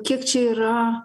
kiek čia yra